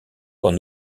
quand